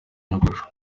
nyogosho